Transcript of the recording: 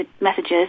messages